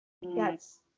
yes